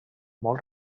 molt